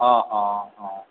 हँ हँ हँ